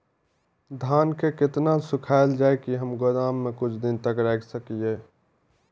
धान के केतना सुखायल जाय की हम गोदाम में कुछ दिन तक रख सकिए?